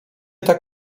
tak